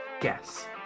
guess